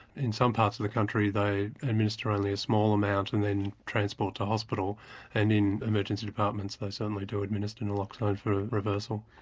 in some parts of the country they administer only a small amount and then transport to hospital and in emergency departments they certainly do administer naloxone ah for a reversal.